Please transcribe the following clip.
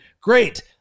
Great